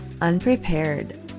unprepared